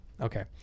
Okay